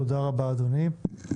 תודה רבה, אדוני.